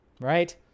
right